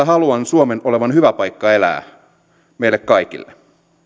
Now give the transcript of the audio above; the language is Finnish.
haluan suomen olevan hyvä paikka elää meille kaikille